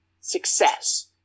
success